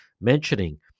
mentioning